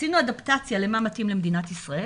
עשינו אדפטציה למה מתאים למדינת ישראל,